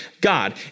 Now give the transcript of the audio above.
God